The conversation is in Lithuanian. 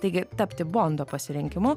taigi tapti bondo pasirinkimu